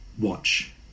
Watch